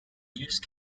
use